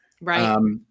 Right